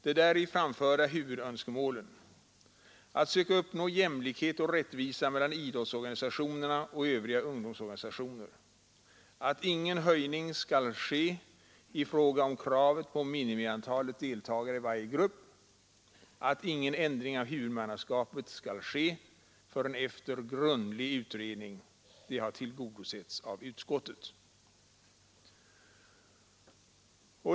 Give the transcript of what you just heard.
De däri framförda huvudönskemålen — att söka uppnå jämlikhet och rättvisa mellan idrottsorganisationerna och övriga ungdomsorganisationer, att ingen höjning skall ske i fråga om kravet på minimiantalet deltagare i varje grupp, att ingen ändring av huvudmannaskapet skall ske förrän efter grundlig utredning — har tillgodosetts av utskottet.